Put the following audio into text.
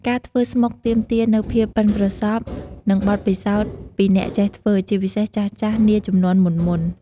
ការធ្វើស្មុកទាមទារនូវភាពប៉ិនប្រសប់និងបទពិសោធន៍ពីអ្នកចេះធ្វើ ជាពិសេសចាស់ៗនាជំនាន់មុនៗ។